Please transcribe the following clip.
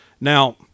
now